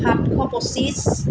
সাতশ পঁচিছ